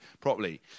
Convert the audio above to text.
properly